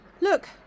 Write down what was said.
Look